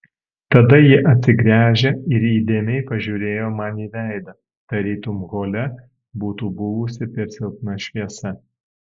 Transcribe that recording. tada ji atsigręžė ir įdėmiai pažiūrėjo man į veidą tarytum hole būtų buvusi per silpna šviesa